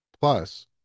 Plus